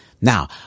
Now